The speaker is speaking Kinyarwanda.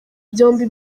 byombi